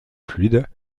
fluide